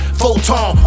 photon